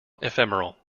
ephemeral